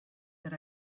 that